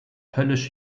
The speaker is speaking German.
höllisch